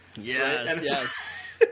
Yes